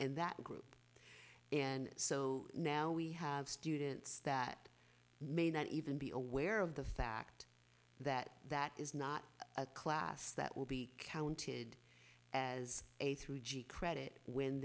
and that group and so now we have students that may not even be aware of the fact that that is not a class that will be counted as a through g credit when